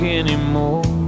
anymore